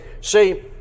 See